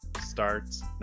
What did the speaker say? starts